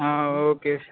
ah okay sir